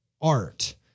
art